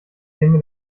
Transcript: käme